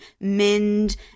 mend